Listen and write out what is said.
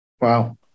Wow